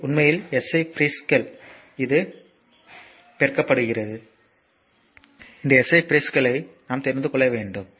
எனவே முதல் அடிப்படை 6 எஸ்ஐ யூனிட்கள் மற்றும் இவைதான் எஸ்ஐ ப்ரீபிக்ஸ்கள் எனவே இதை நாம் தெரிந்து கொள்ள வேண்டும்